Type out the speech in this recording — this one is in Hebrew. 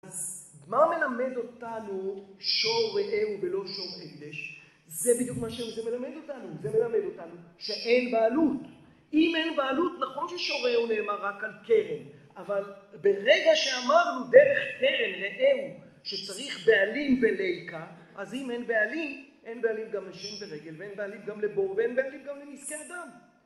אז מה מלמד אותנו, שור רעהו ולא שור הקדש? זה בדיוק מה שזה מלמד אותנו: זה מלמד אותנו שאין בעלות. אם אין בעלות, נכון ששור רעהו נאמר רק על קרן, אבל ברגע שאמרנו דרך קרן רעהו, שצריך בעלים וליכה, אז אם אינם בעלים, אין בעלים גם לשן ורגל ואין בעלים גם לבור ואין בעלים גם למסכן דם.